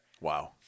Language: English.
Wow